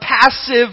passive